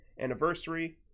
Anniversary